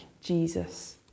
Jesus